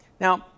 Now